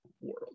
world